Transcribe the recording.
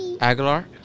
Aguilar